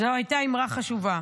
זו הייתה אמירה חשובה.